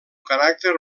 caràcter